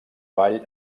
vall